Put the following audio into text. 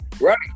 Right